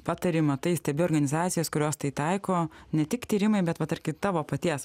patari matai stebi organizacijas kurios tai taiko ne tik tyrimai bet va kad ir tavo paties